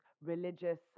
religious